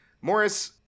Morris